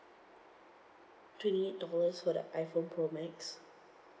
twenty eight dollars for the iphone pro max